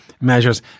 measures